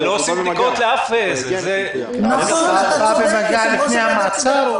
אבל לא עושים בדיקות --- הוא בא במגע לפני המעצר?